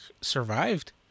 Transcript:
survived